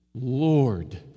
Lord